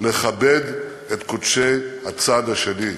לכבד את קודשי הצד השני,